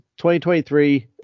2023